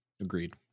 Agreed